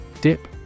Dip